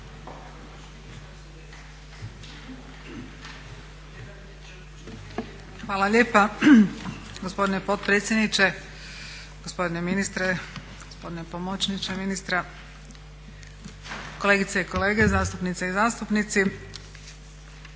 Hvala lijepa. Gospodine potpredsjedniče, gospodine ministre, gospodine pomoćniče ministra, kolegice i kolege, zastupnice i zastupnici.